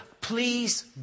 please